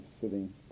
sitting